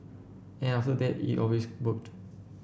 and after that it always worked